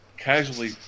Casually